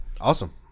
Awesome